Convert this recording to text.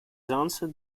answered